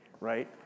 right